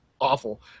awful